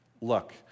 look